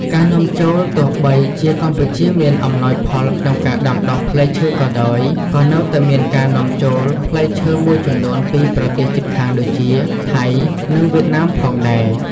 ការនាំចូលទោះបីជាកម្ពុជាមានការអំណោយផលក្នុងការដាំដុះផ្លែឈើក៏ដោយ ក៏នៅតែមានការ នាំចូល ផ្លែឈើមួយចំនួនពីប្រទេសជិតខាងដូចជា ថៃ និងវៀតណាមផងដែរ។